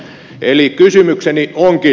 eli kysymykseni onkin